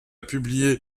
publié